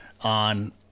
on